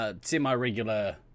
semi-regular